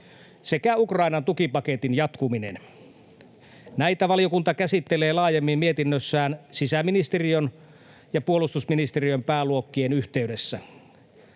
sekä Ukrainan tukipaketin jatkuminen. Näitä valiokunta käsittelee laajemmin mietinnössään sisäministeriön ja puolustusministeriön pääluokkien yhteydessä.